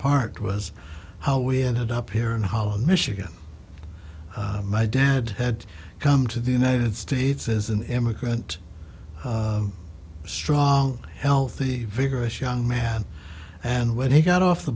part was how we ended up here in holland michigan my dad had come to the united states as an immigrant strong healthy vigorous young man and when he got off the